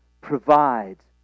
provides